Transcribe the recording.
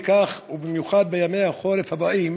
במיוחד בימי החורף הבאים,